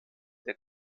der